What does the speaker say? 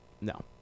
no